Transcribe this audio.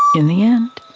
in the end,